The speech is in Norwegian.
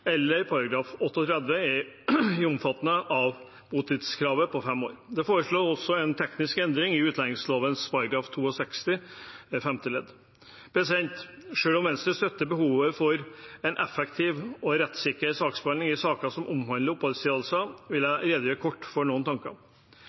eller § 38, er omfattet av botidskravet på fem år. Det foreslås også en teknisk endring i utlendingsloven § 62 femte ledd. Selv om Venstre støtter behovet for en effektiv og rettssikker saksbehandling i saker som omhandler oppholdstillatelser, vil jeg